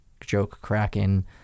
joke-cracking